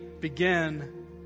begin